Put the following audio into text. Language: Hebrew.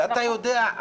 אתה יודע,